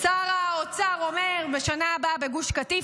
שר האוצר אומר: בשנה הבאה בגוש קטיף.